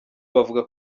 bavuga